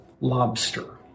lobster